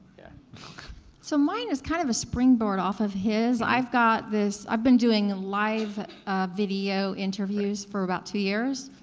yeah so mine is kind of a springboard off of his, i've got this, i've been doing live video interviews for about two years.